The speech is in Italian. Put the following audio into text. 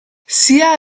sia